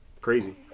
crazy